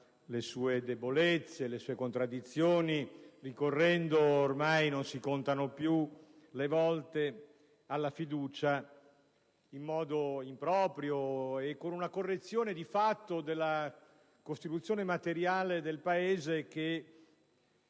le sue debolezze, le sue contraddizioni, ricorrendo - ormai non si contano più le volte - alla fiducia in modo improprio e con una correzione di fatto della Costituzione materiale del Paese che